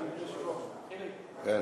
אדוני היושב-ראש, חיליק, אני